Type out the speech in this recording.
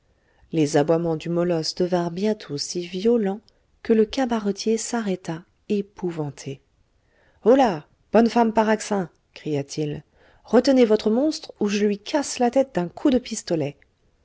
les aboiements du molosse devinrent bientôt si violents que le cabaretier s'arrêta épouvanté holà bonne femme paraxin cria-t-il retenez votre monstre ou je lui casse la tête d'un coup de pistolet